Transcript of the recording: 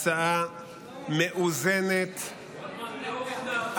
היא הצעה מאוזנת, רוטמן, היא לא הוכנה.